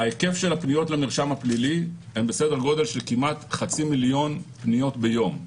היקף הפניות למרשם הפלילי הם בסדר גודל של כמעט חצי מיליון פניות ביום.